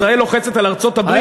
ישראל לוחצת על ארצות-הברית לסגת,